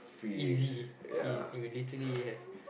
easy you literally have